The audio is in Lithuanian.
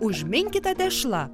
užminkyta tešla